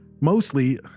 Mostly